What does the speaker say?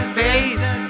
face